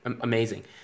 amazing